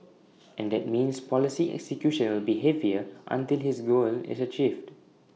and that means policy execution will be heavier until his goal is achieved